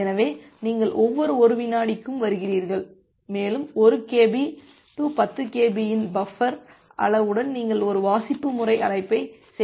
எனவே நீங்கள் ஒவ்வொரு 1 வினாடிக்கும் வருகிறீர்கள் மேலும் 1 Kb 10 Kb இன் பஃபர் அளவுடன் நீங்கள் ஒரு வாசிப்பு முறை அழைப்பை செய்கிறீர்கள்